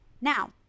now